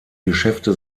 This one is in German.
geschäfte